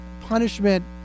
punishment